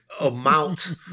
amount